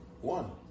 One